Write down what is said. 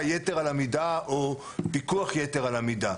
יתר על המידה או פיקוח יתר על המידה.